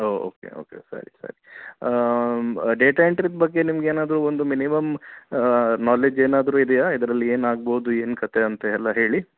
ಓಹ್ okay okay ಸರಿ ಸರಿ ಬ ಡೇಟಾ ಎಂಟ್ರಿದು ಬಗ್ಗೆ ನಿಮ್ಗೆ ಏನಾದರು ಒಂದು ಮಿನಿಮಮ್ ನಾಲೇಜ್ ಏನಾದರು ಇದೆಯಾ ಇದರಲ್ಲಿ ಏನಾಗ್ಬೋದು ಏನು ಕಥೆ ಅಂತ ಎಲ್ಲ ಹೇಳಿ